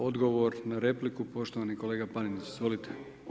Odgovor na repliku poštovani kolega Panenić, izvolite.